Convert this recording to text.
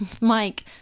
Mike